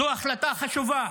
זו החלטה חשובה,